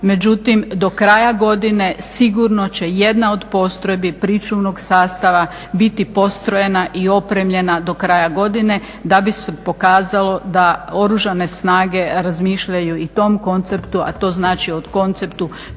međutim do kraja godine sigurno će jedna od postrojbi pričuvnog sastava biti postrojena i opremljena do kraja godine da bi se pokazalo da Oružane snage razmišljaju i o tom konceptu, a to znači o konceptu